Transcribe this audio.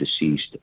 deceased